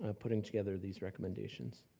um putting together these recommendations.